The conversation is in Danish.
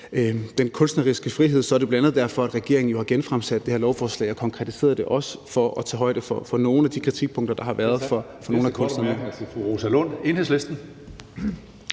den kunstneriske frihed, at det bl.a. er derfor, at regeringen har genfremsat det her og konkretiseret det, altså for også at tage højde for nogle af de kritikpunkter, der har været fra nogle af kunstnernes